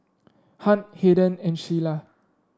Hunt Haden and Sheila